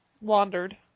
wandered